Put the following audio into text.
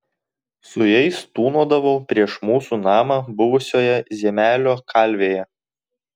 su jais tūnodavau prieš mūsų namą buvusioje ziemelio kalvėje